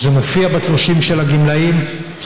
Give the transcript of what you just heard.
ושאינם לוקחים כרגע חלק בתרומת מזון